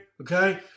okay